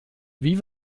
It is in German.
wie